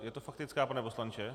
Je to faktická, pane poslanče?